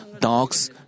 dogs